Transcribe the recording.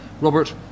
Robert